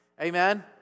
Amen